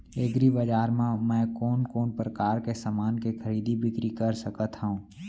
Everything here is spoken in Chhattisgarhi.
एग्रीबजार मा मैं कोन कोन परकार के समान के खरीदी बिक्री कर सकत हव?